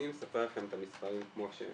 אני אספר לכם את המספרים כמו שהם.